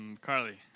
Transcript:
Carly